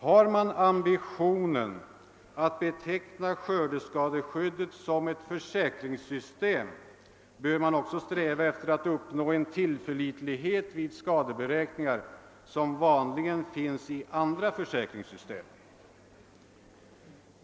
Har man ambitionen att beteckna skördeskadeskyddet som ett försäkringssystem, bör man också sträva efter att uppnå en tillförlitlighet i skadeberäkningarna som vanligen finns i andra försäkringssystem.